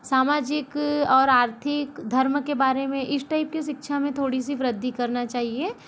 सामजिक और आर्थिक धर्म के बारे में इस टाइप की शिक्षा में थोड़ी सी वृद्धि करना चाहिए